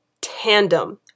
tandem